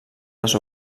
les